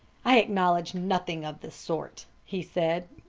i acknowledge nothing of the sort, he said.